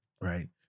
right